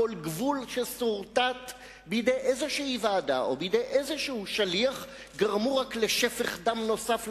כל גבול שסורטט בידי איזו ועדה או בידי איזה שליח גרמו רק לשפך דם נוסף,